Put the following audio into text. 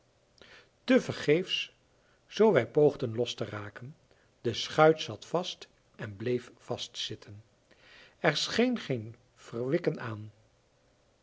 te vergeefs zoo wij poogden los te raken de schuit zat vast en bleef vastzitten er scheen geen verwikken aan